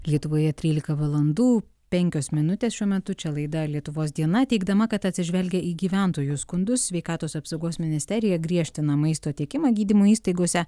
lietuvoje trylika valandų penkios minutės šiuo metu čia laida lietuvos diena teigdama kad atsižvelgia į gyventojų skundus sveikatos apsaugos ministerija griežtina maisto tiekimą gydymo įstaigose